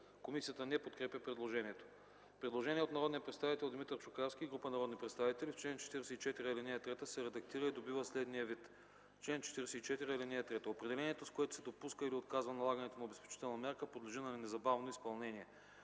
Комисията не подкрепя предложението. Предложение от народния представител Димитър Чукарски и група народни представители: Член 44, ал. 3 се редактира и добива следния вид: „Чл. 44 (3) Определението, с което се допуска и отказва налагането на обезпечителна мярка, подлежи на незабавно изпълнение.”